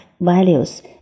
values